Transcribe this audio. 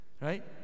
right